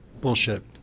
bullshit